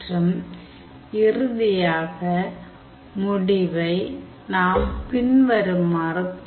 மற்றும் இறுதியாக முடிவை நாம் பின்வருமாறு பெறுவோம்